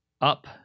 Up